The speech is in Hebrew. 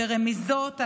ברמיזות,